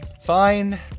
Fine